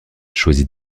choisit